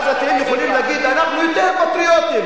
אז אתם יכולים להגיד: אנחנו יותר פטריוטים,